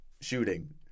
Shooting